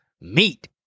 meat